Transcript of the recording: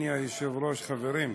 אדוני היושב-ראש, חברים,